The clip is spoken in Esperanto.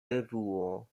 revuo